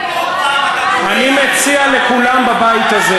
לגרמניה הנאצית.